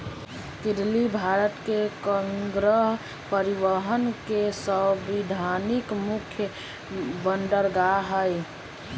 कांडला भारत के कार्गो परिवहन से संबंधित मुख्य बंदरगाह हइ